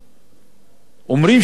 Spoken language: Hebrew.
אומרים שיש עכשיו תוכנית בהכנה.